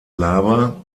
laber